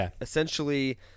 essentially